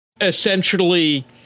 essentially